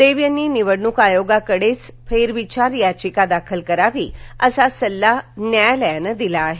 देव यानी निवडणूक आयोगाकडेच फेर विचार याचिका दाखल करावी असा सल्ला न्यायालयानं दिला आहे